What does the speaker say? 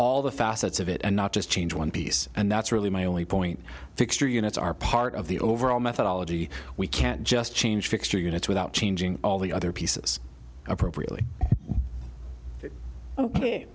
all the facets of it and not just change one piece and that's really my only point fixture units are part of the overall methodology we can't just change fixed units without changing all the other pieces appropriately